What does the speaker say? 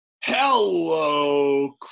Hello